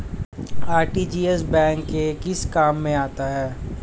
RTGS bank के किस काम में आता है?